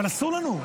אבל אסור לנו.